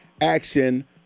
Action